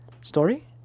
story